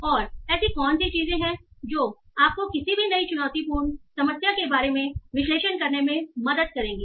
और ऐसी कौन सी चीजें हैं जो आपको किसी भी नई चुनौती पूर्ण समस्या के बारे में विश्लेषण करने में मदद करेंगी